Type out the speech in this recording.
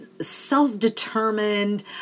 self-determined